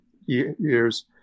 years